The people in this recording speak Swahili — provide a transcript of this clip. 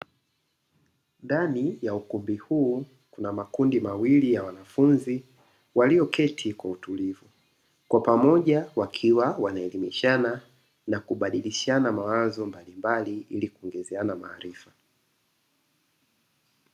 Ndani ya ukumbi huu kuna makundi mawili ya wanafunzi walioketi kwa utulivu. Kwa pamoja wakiwa wanaelimishana na kubadilishana mawazo mbalimbali ili kuongezeana maarifa.